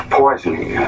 poisoning